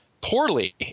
poorly